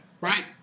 Right